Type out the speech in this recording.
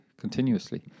Continuously